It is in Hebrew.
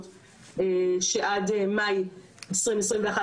כתקופה שאנחנו לא זוקפים לחובת עובדים זרים,